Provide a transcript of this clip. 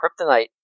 kryptonite